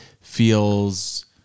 feels